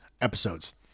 episodes